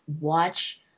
watch